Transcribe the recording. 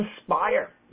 inspire